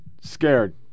scared